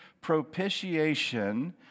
propitiation